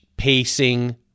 pacing